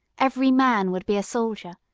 every man would be a soldier,